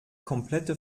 komplette